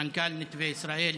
מנכ"ל נתיבי ישראל,